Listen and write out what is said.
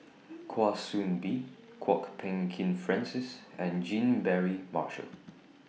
Kwa Soon Bee Kwok Peng Kin Francis and Jean Mary Marshall